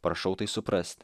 prašau tai suprast